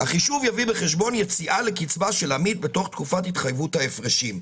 החישוב יביא בחשבון יציאה לקצבה של עמית בתוך תקופת התחייבות ההפרשים.